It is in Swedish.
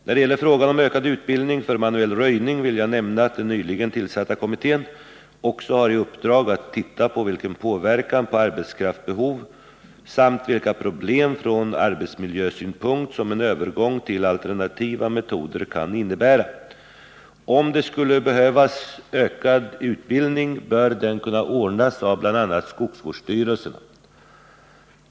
När det gäller frågan om ökad utbildning för manuell röjning vill jag nämna att den nyligen tillsatta kommittén också har i uppdrag att se vilken påverkan på arbetskraftsbehov och vilka problem från arbetsmiljösynpunkt som en övergång till alternativa metoder kan innebära. Om det skulle behövas ökad utbildning bör den kunna ordnas av bl.a. skogsvårdsstyrelserna.